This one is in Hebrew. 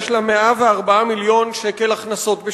יש לה 104 מיליון שקל הכנסות בשנה,